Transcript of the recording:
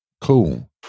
Cool